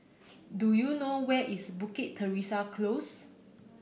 do you know where is Bukit Teresa Close